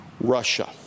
Russia